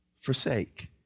forsake